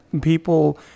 people